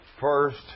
first